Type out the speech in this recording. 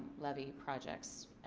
levy projects.